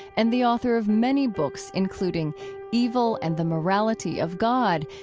and the author of many books, including evil and the morality of god,